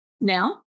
now